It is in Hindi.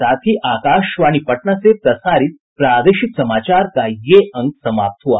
इसके साथ ही आकाशवाणी पटना से प्रसारित प्रादेशिक समाचार का ये अंक समाप्त हुआ